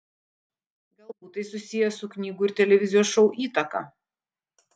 galbūt tai susiję su knygų ir televizijos šou įtaka